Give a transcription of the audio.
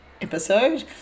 episode